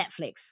Netflix